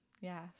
Yes